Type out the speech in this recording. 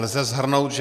Lze shrnout, že